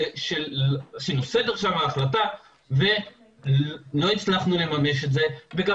שינו סדר שם בהחלטה ולא הצלחנו לממש את זה וגם